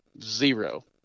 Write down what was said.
zero